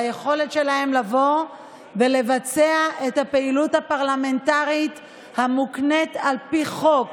ביכולת שלה לבוא ולבצע את הפעילות הפרלמנטרית המוקנית על פי חוק